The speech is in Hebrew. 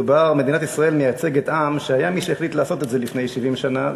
מדינת ישראל מייצגת עם שהיה מי שהחליט לעשות לו את זה לפני 70 שנה,